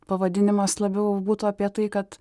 pavadinimas labiau būtų apie tai kad